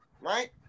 right